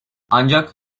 ancak